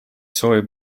soovib